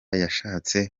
yashatse